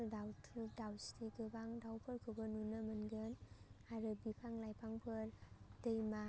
दाउथु दाउस्रि गोबां दाउफोरखौबो नुनो मोनगोन आरो बिफां लाइफांफोर दैमा